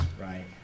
right